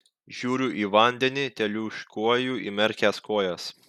žiūriu į vandenį teliūškuoju įmerkęs kojas